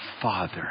Father